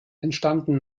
entstanden